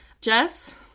Jess